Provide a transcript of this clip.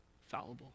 fallible